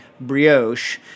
brioche